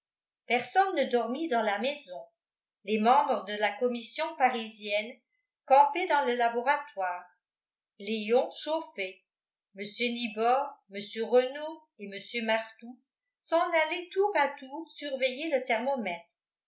personne ne dormit dans la maison les membres de la commission parisienne campaient dans le laboratoire léon chauffait mr nibor mr renault et mr martout s'en allaient tour à tour surveiller le thermomètre